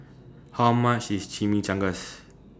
How much IS Chimichangas